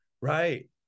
Right